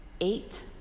eight